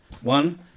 one